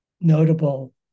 notable